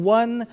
one